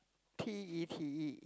P E T E